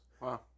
Wow